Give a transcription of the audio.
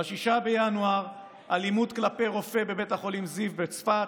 ב-6 בינואר: אלימות כלפי רופא בבית חולים זיו בצפת,